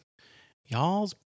y'all's